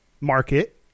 market